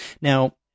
Now